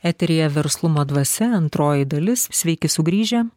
eteryje verslumo dvasia antroji dalis sveiki sugrįžę